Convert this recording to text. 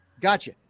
Gotcha